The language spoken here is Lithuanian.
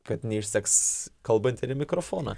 kad neišseks kalbant ir į mikrofoną